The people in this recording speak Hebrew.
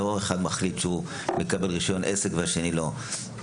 אחד לא מחליט שהוא מקבל רישיון עסק והשני לא.